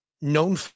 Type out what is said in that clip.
known